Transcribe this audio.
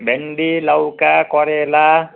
भिन्डी लौका करेला